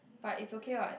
but it's okay [what]